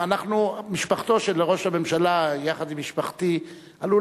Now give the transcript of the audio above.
משפחתו של ראש הממשלה יחד עם משפחתי עלו